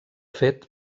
fet